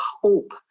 hope